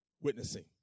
witnessing